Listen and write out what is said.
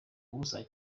busa